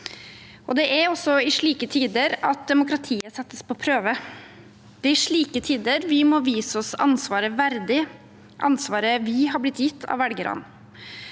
Det er også i slike tider at demokratiet settes på prøve. Det er i slike tider vi må vise oss ansvaret verdig, ansvaret vi har blitt gitt av velgerne.